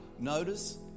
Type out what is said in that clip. notice